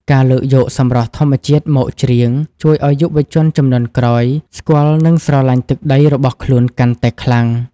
ការលើកយកសម្រស់ធម្មជាតិមកច្រៀង ជួយឱ្យយុវជនជំនាន់ក្រោយស្គាល់ និងស្រឡាញ់ទឹកដីរបស់ខ្លួនកាន់តែខ្លាំង។